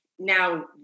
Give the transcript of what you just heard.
Now